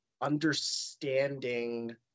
understanding